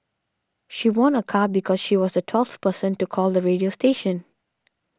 she won a car because she was the twelfth person to call the radio station